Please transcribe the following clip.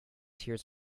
hears